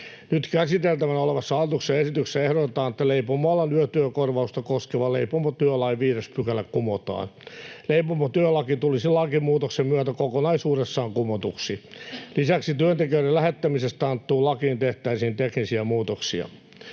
Nyt käsiteltävänä olevassa hallituksen esityksessä ehdotetaan, että leipomoalan yötyökorvausta koskeva leipomotyölain 5 § kumotaan. Leipomotyölaki tulisi lakimuutoksen myötä kokonaisuudessaan kumotuksi. Lisäksi työntekijöiden lähettämisestä annettuun lakiin tehtäisiin teknisiä muutoksia.